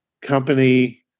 company